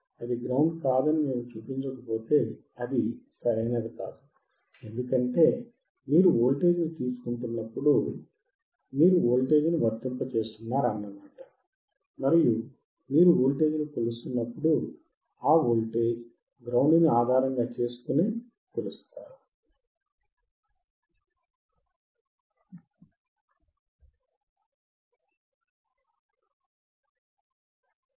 అది గ్రౌండ్ కాదని మేము చూపించకపోతే అది సరైనది కాదు ఎందుకంటే మీరు వోల్టేజ్ తీసుకుంటున్నప్పుడు మీరు వోల్టేజ్ను వర్తింపజేస్తున్నారు మరియు మీరు వోల్టేజ్ను కొలుస్తున్నప్పుడు గ్రౌండ్ ని ఆధారముగా చేసుకొనే వోల్టేజ్ ను కొలుస్తారు